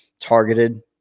targeted